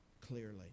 clearly